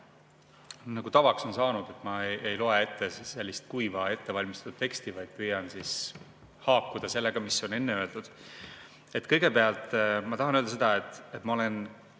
Nagu tavaks on saanud, ma ei loe ette sellist kuiva ettevalmistatud teksti, vaid püüan haakuda sellega, mis on enne öeldud. Kõigepealt tahan ma öelda seda, et ma olen